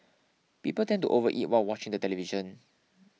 people tend to overeat while watching the television